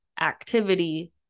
activity